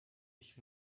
ich